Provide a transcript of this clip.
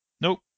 Nope